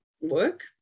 work